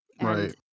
Right